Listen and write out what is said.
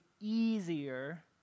easier